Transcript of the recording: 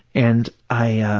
and i, ah